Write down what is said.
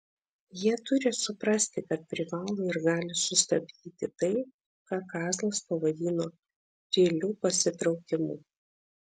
jie turi suprasti kad privalo ir gali sustabdyti tai ką kazlas pavadino tyliu pasitraukimu